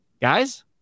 Guys